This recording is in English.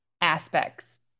aspects